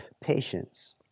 patience